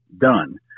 done